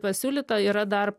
pasiūlyta yra dar